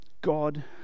God